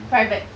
private